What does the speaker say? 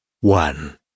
One